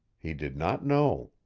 he did not know.